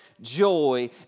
joy